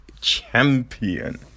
champion